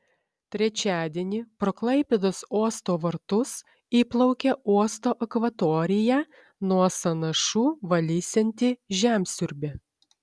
trečiadienį pro klaipėdos uosto vartus įplaukė uosto akvatoriją nuo sąnašų valysianti žemsiurbė